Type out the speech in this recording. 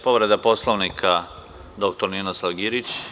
Povreda Poslovnika, dr Ninoslav Girić.